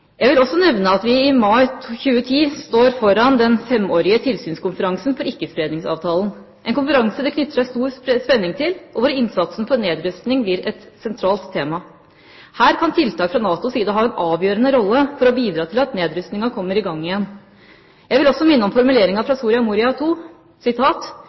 Jeg vil også nevne at vi i mai 2010 står foran den femårige tilsynskonferansen for Ikke-spredningsavtalen, en konferanse det knytter seg stor spenning til, og hvor innsatsen for nedrustning blir et sentralt tema. Her kan tiltak fra NATOs side ha en avgjørende rolle for å bidra til at nedrustninga kommer i gang igjen. Jeg vil også minne om formuleringa